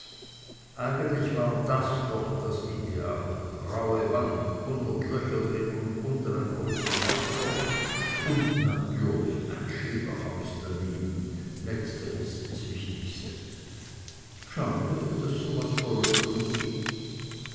eigentlich war das doch das ideal graue wand hundert löcher drin und unten großes hauptloch und natürlich ein schilderhaus daneben letzteres das wichtigste schade daß so was